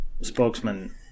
spokesman